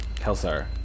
Kelsar